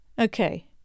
okay